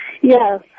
Yes